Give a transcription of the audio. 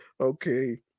Okay